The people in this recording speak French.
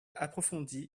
approfondie